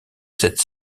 sept